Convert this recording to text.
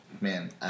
man